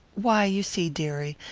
why, you see, dearie,